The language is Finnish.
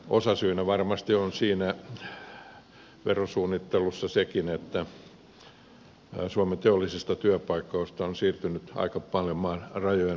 osasyynä siinä verosuunnittelussa on varmasti sekin että suomen teollisista työpaikoista on siirtynyt aika paljon maan rajojen ulkopuolelle